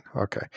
Okay